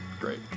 Great